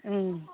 ओं